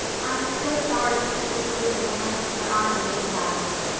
i'm so sorry for people who live in lands where there are no mayflowers,